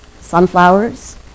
Sunflowers